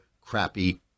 crappy